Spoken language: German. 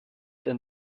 denn